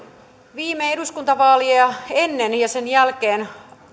viime eduskuntavaaleja ennen ja sen jälkeen